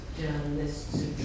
journalists